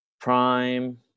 prime